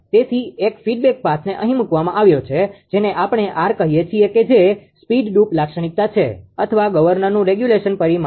તેથી એક ફીડબેક પાથને અહીં મૂકવામાં આવ્યો છે જેને આપણે R કહીએ છીએ કે જે સ્પીડ ડ્રુપ લાક્ષણિકતા છે અથવા ગવર્નરનુ રેગ્યુલેશન પરિમાણ છે